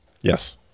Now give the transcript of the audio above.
Yes